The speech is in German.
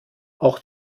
auch